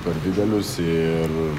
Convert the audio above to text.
per didelius ir